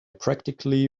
practically